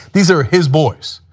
these are his boys.